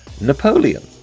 Napoleon